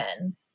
men